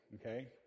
okay